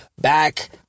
back